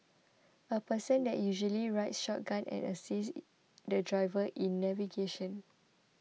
a person that usually rides shotgun and assists the driver in navigation